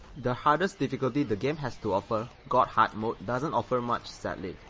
the hardest difficulty the game has to offer, god hard mode doesn't offer much sadly.